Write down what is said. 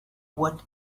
what